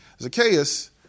Zacchaeus